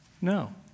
No